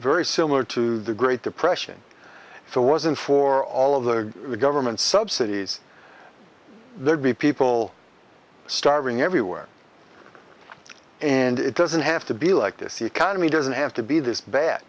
very similar to the great depression so it wasn't for all of the government subsidies there'd be people starving everywhere and it doesn't have to be like this economy doesn't have to be this bad